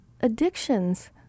addictions